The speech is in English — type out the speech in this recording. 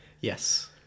Yes